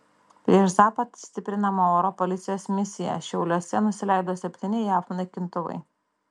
prieš zapad stiprinama oro policijos misija šiauliuose nusileido septyni jav naikintuvai